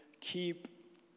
keep